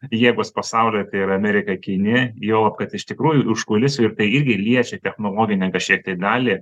jėgos pasaulio tai yra amerika kinija juolab kad iš tikrųjų užkuliusių ir tai irgi liečia technologinę kažkiek tai dalį